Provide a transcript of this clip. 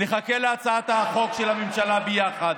נחכה להצעת החוק של הממשלה ביחד,